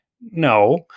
No